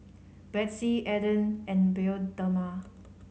Betsy Aden and Bioderma